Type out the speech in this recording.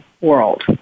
world